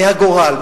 מהגורל,